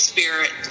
Spirit